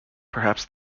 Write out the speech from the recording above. perhaps